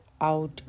out